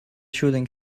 shooting